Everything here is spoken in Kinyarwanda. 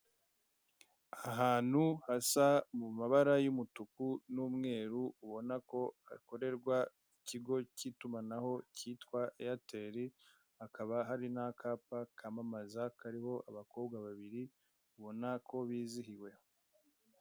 Ahantu hasa mu mabara y'umutuku, n'umweru ubona ko hakorerwa ikigo cy'itumanaho cyitwa eyateri, hakaba hari n'akapa kamamaza kariho abakobwa babiri, ubona ko bizihiwe.